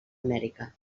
amèrica